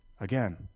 again